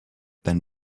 than